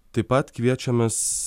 taip pat kviečiamės